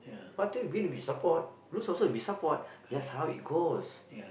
how to win we support lose also we support that's how it goes